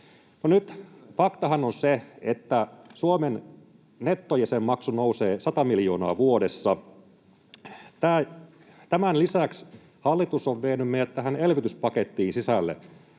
nyt faktahan on se, että Suomen nettojäsenmaksu nousee 100 miljoonaa vuodessa. Tämän lisäksi hallitus on vienyt meidät tähän elvytyspakettiin sisälle.